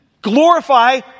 Glorify